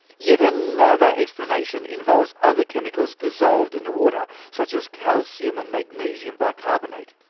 yet another explanation involves other chemicals dissolved in the water, such as calcium and magnesium bicarbonate.